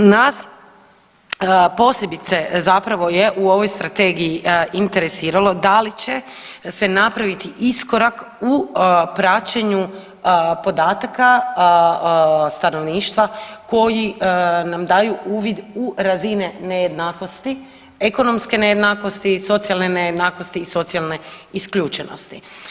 Nas posebice zapravo je u ovoj strategiji interesiralo da li će se napraviti iskorak u praćenju podataka stanovništva koji nam daju uvid u razine nejednakosti, ekonomske nejednakosti, socijalne nejednakosti i socijalne isključenosti.